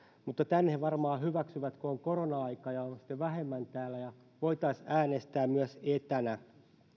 mutta tämän he varmaan hyväksyvät kun on korona aika että on sitten vähemmän täällä ja voitaisiin äänestää myös etänä